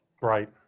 right